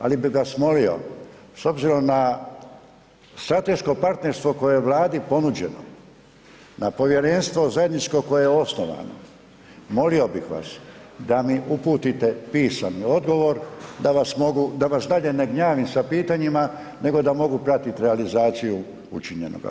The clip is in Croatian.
Ali bih vas molio, s obzirom na strateško partnerstvo koje je Vladi ponuđeno, na povjerenstvo zajedničko koje je osnovano, molio bih vas, da mi uputite pisani odgovor da vas dalje ne gnjavim sa pitanjima nego da mogu pratiti realizaciju učinjenoga.